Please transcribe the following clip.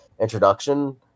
introduction